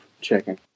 checking